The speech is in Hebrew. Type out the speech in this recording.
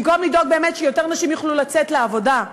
במקום לדאוג באמת שיותר נשים יוכלו לצאת לעבודה,